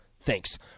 Thanks